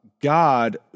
God